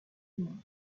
humain